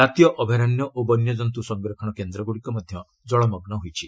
ଜାତୀୟ ଅଭୟାରଣ୍ୟ ଓ ବନ୍ୟକନ୍ତୁ ସଂରକ୍ଷଣ କେନ୍ଦ୍ରଗୁଡ଼ିକ ମଧ୍ୟ ଜଳମଗୁ ହୋଇଛି